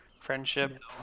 friendship